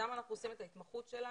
שם אנחנו עושים את ההתמחות שלנו.